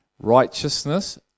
Righteousness